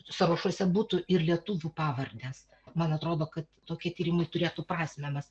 sąrašuose būtų ir lietuvių pavardės man atrodo kad tokie tyrimai turėtų prasmę mes